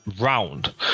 round